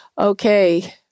Okay